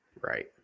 Right